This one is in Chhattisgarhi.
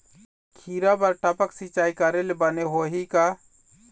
खिरा बर टपक सिचाई करे ले बने होही का?